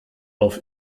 auf